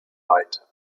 weiter